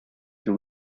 the